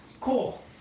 Cool